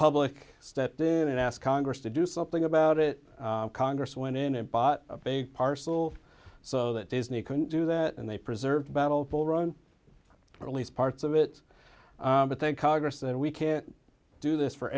public stepped in and asked congress to do something about it congress went in and bought a parcel so that disney couldn't do that and they preserved battle will run at least parts of it but then congress and we can't do this for